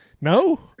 No